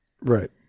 Right